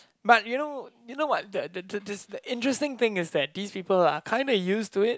but you know you know what the the the interesting thing is that these people are kind of used to it